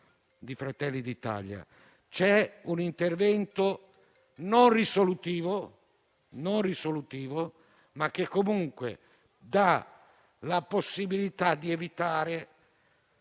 di Fratelli d'Italia. C'è un intervento non risolutivo, ma che comunque dà la possibilità di evitare